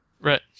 Right